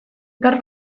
gaur